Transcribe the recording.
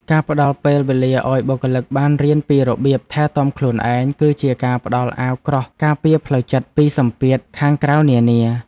ការផ្ដល់ពេលវេលាឱ្យបុគ្គលិកបានរៀនពីរបៀបថែទាំខ្លួនឯង គឺជាការផ្ដល់អាវក្រោះការពារផ្លូវចិត្តពីសម្ពាធខាងក្រៅនានា។